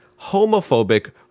homophobic